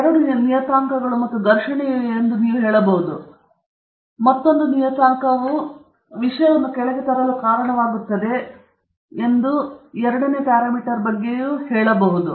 ಎರಡು ನಿಯತಾಂಕಗಳು ಮತ್ತು ಘರ್ಷಣೆಗಳು ಇವೆ ಎಂದು ನೀವು ಹೇಳಬಹುದು ಒಂದು ನಿಯತಾಂಕವು ಏನನ್ನಾದರೂ ಹೋಗಬಹುದು ಮತ್ತೊಂದು ನಿಯತಾಂಕವು ಒಂದೇ ವಿಷಯವನ್ನು ಕೆಳಗೆ ತರಲು ಕಾರಣವಾಗುತ್ತದೆ ಮತ್ತು ಪರಿಣಾಮವಾಗಿ ಎರಡನೇ ಪ್ಯಾರಾಮೀಟರ್ ಆದ್ಯತೆ ಪಡೆದಾಗ ಅದು ಕರ್ವ್ ಕೆಳಗೆ ಬರಲು ಕಾರಣವಾಗುತ್ತದೆ